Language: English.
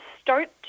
start